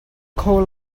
kho